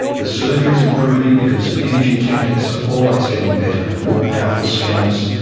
the surgery is improving because imaging techniques are always getting better more powerful scanners,